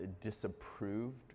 disapproved